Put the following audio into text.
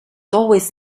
always